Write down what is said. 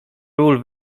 ról